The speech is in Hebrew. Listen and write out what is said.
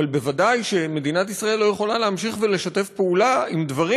אבל ודאי שמדינת ישראל לא יכולה להמשיך ולשתף פעולה עם דברים